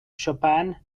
chopin